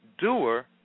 doer